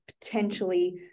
potentially